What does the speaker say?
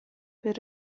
per